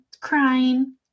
crying